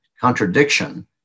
contradiction